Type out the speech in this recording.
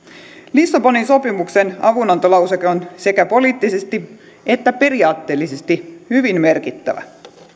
lissabonin sopimuksen avunantolauseke on sekä poliittisesti että periaatteellisesti hyvin merkittävä